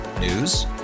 News